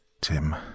Tim